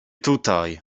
tutaj